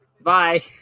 bye